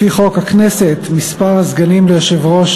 לפי חוק הכנסת (מספר הסגנים ליושב-ראש